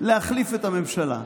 להחליף את הממשלה.